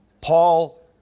Paul